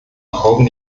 augen